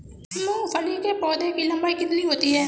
मूंगफली के पौधे की लंबाई कितनी होती है?